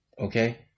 Okay